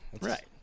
Right